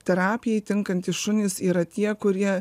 terapijai tinkantys šunys yra tie kurie